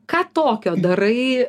ką tokio darai